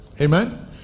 amen